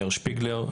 מאיר שפיגלר,